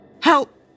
Help